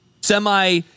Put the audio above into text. semi